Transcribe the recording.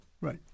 Right